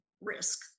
risk